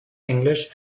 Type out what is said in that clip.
english